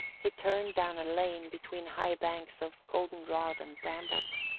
he turned down a lane between high banks of goldenrod and brambles.